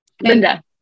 Linda